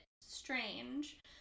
strange